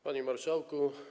Panie Marszałku!